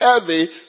heavy